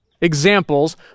examples